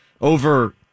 over